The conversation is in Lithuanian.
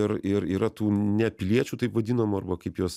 ir ir yra tų nepiliečių taip vadinamų arba kaip juos